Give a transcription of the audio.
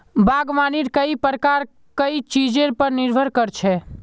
बागवानीर कई प्रकार कई चीजेर पर निर्भर कर छे